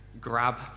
grab